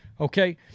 Okay